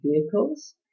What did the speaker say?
vehicles